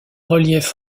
reliefs